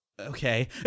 okay